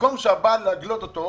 במקום להגלות את הבעל,